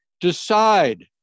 decide